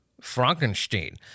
Frankenstein